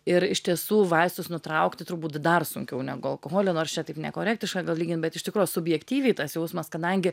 ir iš tiesų vaistus nutraukti turbūt dar sunkiau negu alkoholį nors čia taip nekorektiška gal lygint bet iš tikro subjektyviai tas jausmas kadangi